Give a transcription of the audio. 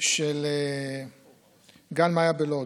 של גן מאיה בלוד,